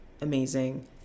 amazing